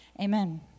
Amen